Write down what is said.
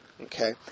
okay